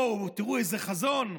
אוה, תראו איזה חזון.